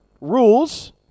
rules